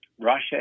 Russia